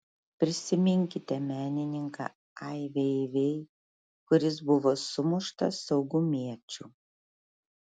prisiminkite menininką ai vei vei kuris buvo sumuštas saugumiečių